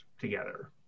together